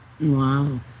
Wow